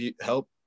help